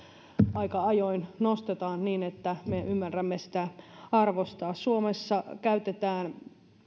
aika ajoin nostetaan niin että me ymmärrämme sitä arvostaa suomessa käytetään